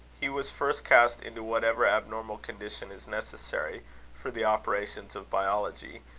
he was first cast into whatever abnormal condition is necessary for the operations of biology,